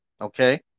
Okay